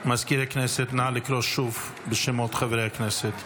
מזכיר הכנסת, נא לקרוא שוב בשמות חברי הכנסת.